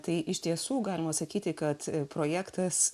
tai iš tiesų galima sakyti kad projektas